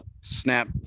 Snap